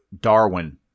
Darwin